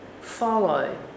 follow